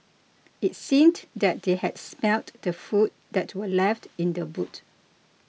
it seemed that they had smelt the food that were left in the boot